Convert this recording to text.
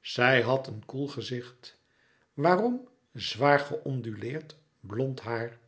zij had een koel gezicht waarom zwaar geonduleerd blond haar